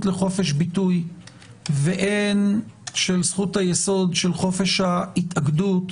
לחופש ביטוי והן של זכות היסוד של חופש ההתאגדות